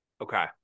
Okay